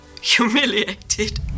humiliated